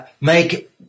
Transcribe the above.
make